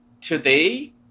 Today